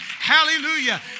Hallelujah